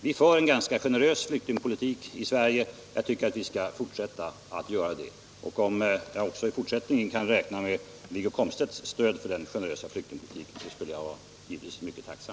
Vi för en ganska generös flyktingpolitik i Sverige. Jag tycker att vi skall fortsätta alt göra det, och om jag i fortsättningen också kan räkna med Wiggo Komstedts stöd för den generösa flyktingpolitiken skulle jag givetvis vara mycket tacksam.